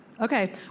Okay